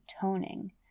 toning